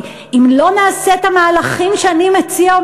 אם לא נעשה את המהלכים שאני מציע,